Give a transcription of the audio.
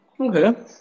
Okay